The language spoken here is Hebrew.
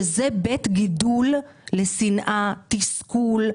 שהיא בית גידול לשנאה, תסכול,